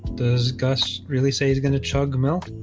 does gus really say he's gonna chug milk